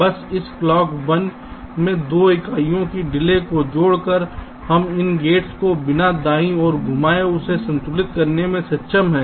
बस इस क्लॉक 1 में 2 इकाइयों की डिले को जोड़कर हम इन गेट्स को बिना दाईं ओर घुमाए इसे संतुलित करने में सक्षम हैं